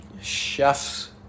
Chefs